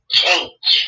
change